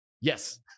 Yes